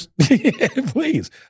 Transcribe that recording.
Please